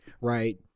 right